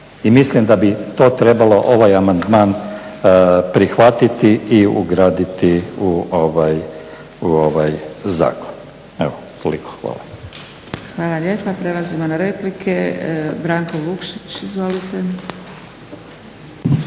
I mislim da bi to trebalo ovaj amandman prihvatiti i ugraditi u ovaj zakon. Evo, toliko. Hvala. **Zgrebec, Dragica (SDP)** Hvala lijepa. Prelazimo na replike. Branko Vukšić, izvolite.